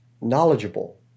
knowledgeable